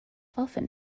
often